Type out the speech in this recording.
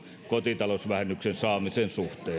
kotitalousvähennyksen saamisen suhteen